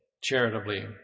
charitably